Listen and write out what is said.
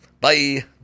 bye